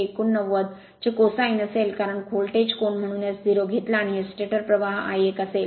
89 चे कोसाइन असेल कारण व्होल्टेज कोन म्हणून S0 घेतला आणि हे स्टेटर प्रवाह I 1 आहे